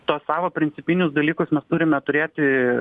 tos savo principinius dalykus mes turime turėti